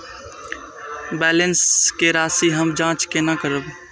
Balance के राशि हम जाँच केना करब?